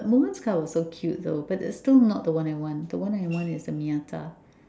a woman's car so cute though but it's not what I want the one I want is the Miyata